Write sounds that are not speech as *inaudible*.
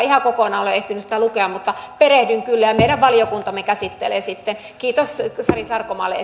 *unintelligible* ihan kokonaan ole ehtinyt sitä lukea mutta perehdyn kyllä ja meidän valiokuntamme käsittelee sen sitten kiitos sari sarkomaalle *unintelligible*